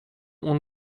اون